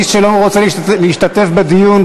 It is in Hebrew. מי שלא רוצה להשתתף בדיון,